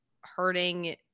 hurting